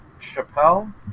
Chappelle